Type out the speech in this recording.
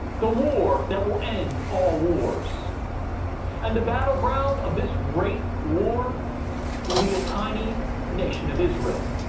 the war that will end all wars and the battleground of this great war will be the tiny nation of israel.